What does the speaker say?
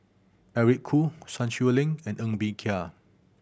Eric Khoo Sun Xueling and Ng Bee Kia